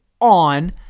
on